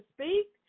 speak